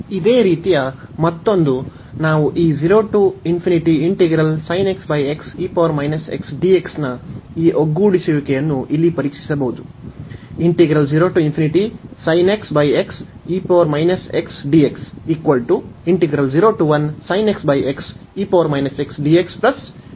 ಇದೇ ರೀತಿಯ ಮತ್ತೊಂದು ನಾವು ಈ ನ ಈ ಒಗ್ಗೂಡಿಸುವಿಕೆಯನ್ನು ಇಲ್ಲಿ ಪರೀಕ್ಷಿಸಬಹುದು